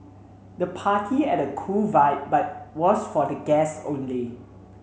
the party had a cool vibe but was for the guests only